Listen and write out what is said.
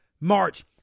March